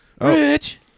Rich